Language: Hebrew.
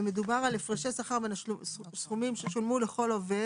מדובר על הפרשי שכר בין הסכומים ששולמו לכל עובד